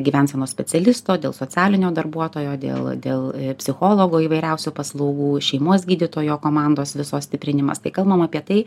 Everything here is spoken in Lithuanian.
gyvensenos specialisto dėl socialinio darbuotojo dėl dėl psichologo įvairiausių paslaugų šeimos gydytojo komandos visos stiprinimas tai kalbam apie tai